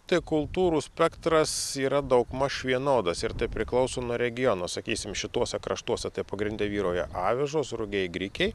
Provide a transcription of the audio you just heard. tai kultūrų spektras yra daugmaž vienodas ir tai priklauso nuo regiono sakysim šituose kraštuose tai pagrinde vyrauja avižos rugiai grikiai